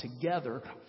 together